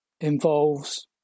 involves